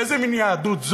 איזה מין יהדות זאת?